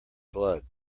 blood